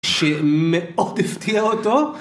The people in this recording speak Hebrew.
שמאוד הפתיע אותו